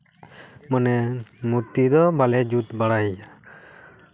ᱢᱟᱱᱮ ᱢᱩᱨᱛᱤ ᱫᱚ ᱵᱟᱞᱮ ᱡᱩᱛ ᱵᱟᱲᱟᱭᱮᱭᱟ